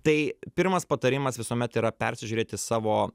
tai pirmas patarimas visuomet yra persižiūrėti savo